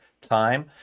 time